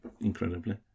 incredibly